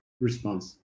response